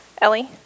Ellie